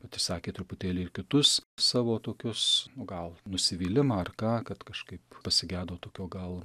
bet išsakė truputėlį ir kitus savo tokius gal nusivylimą ar ką kad kažkaip pasigedo tokio gal